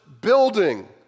building